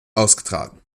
ausgetragen